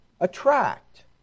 attract